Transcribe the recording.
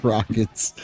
Rockets